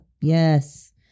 Yes